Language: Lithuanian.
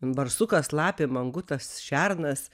barsukas lapė mangutas šernas